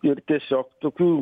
ir tiesiog tokių